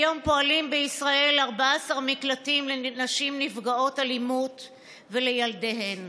היום פועלים בישראל 14 מקלטים לנשים נפגעות אלימות ולילדיהם.